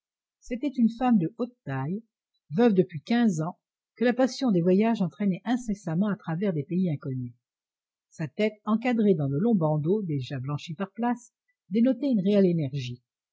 c'était une femme de haute taille veuve depuis quinze ans que la passion des voyages entraînait incessamment à travers des pays inconnus sa tête encadrée dans de longs bandeaux déjà blanchis par place dénotait une réelle énergie